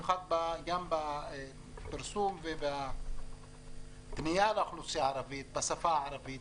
במיוחד בפרסום ובפנייה לאוכלוסייה הערבית בשפה הערבית,